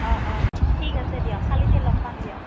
অঁ অঁ ঠিক আছে দিয়ক কালিতে লগ পাম দিয়ক